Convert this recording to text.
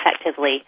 effectively